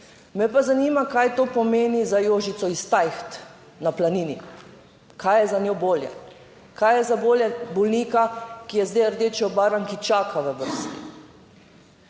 Me pa zanima, kaj to pomeni za Jožico iz Tajht na Planini, kaj je za njo bolje, kaj je za bolj bolnika, ki je zdaj rdeče obarvan, ki čaka v vrsti.